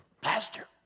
pastor